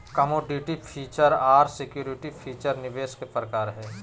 commodity feature आर security feature निवेश के प्रकार हय